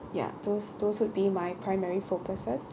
ya those those would be my primary focuses